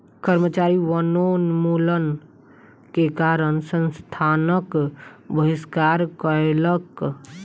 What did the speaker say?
कर्मचारी वनोन्मूलन के कारण संस्थानक बहिष्कार कयलक